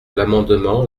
l’amendement